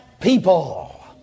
people